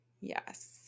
Yes